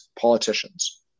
politicians